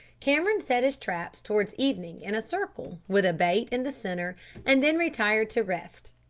cameron set his traps towards evening in a circle with a bait in the centre and then retired to rest.